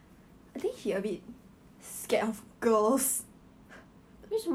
no leh he talk to guys is okay even even if he never meet the guys before he is okay one